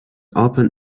open